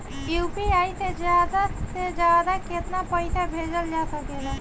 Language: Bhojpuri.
यू.पी.आई से ज्यादा से ज्यादा केतना पईसा भेजल जा सकेला?